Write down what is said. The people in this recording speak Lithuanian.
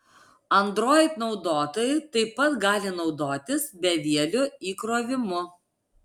android naudotojai taip pat gali naudotis bevieliu įkrovimu